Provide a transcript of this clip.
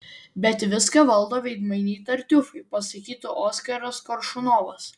bet viską valdo veidmainiai tartiufai pasakytų oskaras koršunovas